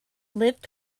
lift